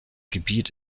gebiet